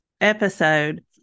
episode